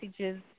messages